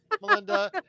Melinda